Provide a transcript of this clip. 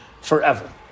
forever